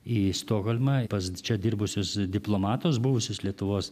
į stokholmą pas čia dirbusius diplomatus buvusius lietuvos